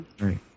Right